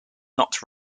not